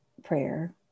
prayer